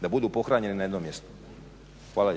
da budu pohranjeni na jednom mjestu. Hvala